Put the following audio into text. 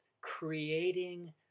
creating